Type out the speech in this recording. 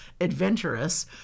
adventurous